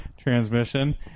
Transmission